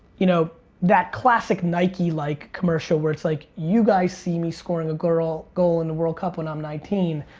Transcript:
you know that classic nike like commercial where it's like you guys see me scoring a goal goal in the world cup when i'm nineteen,